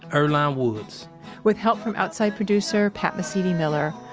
earlonne um woods with help from outside producer pat mesiti-miller,